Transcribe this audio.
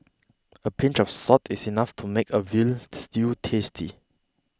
a pinch of salt is enough to make a Veal Stew tasty